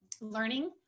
learning